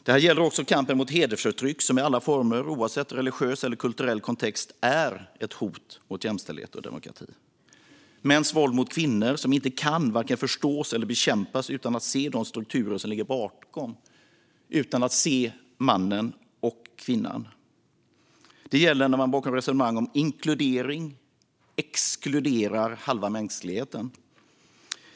Detta gäller också kampen mot hedersförtryck som i alla former, oavsett religiös eller kulturell kontext, är ett hot mot jämställdhet och demokrati. Det gäller mäns våld mot kvinnor som varken kan förstås eller bekämpas utan att man ser de strukturer som ligger bakom, utan att se mannen och kvinnan. Det gäller när man bakom resonemang om inkludering exkluderar halva mänskligheten.